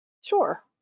Sure